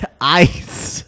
Ice